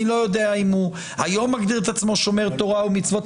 אני לא יודע אם הוא היה מגדיר את עצמו שומר תורה ומצוות,